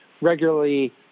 regularly